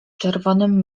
czerwonym